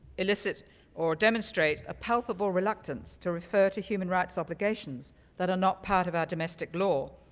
elicit or demonstrate a palpable reluctance to refer to humans rights obligations that are not part of our domestic law.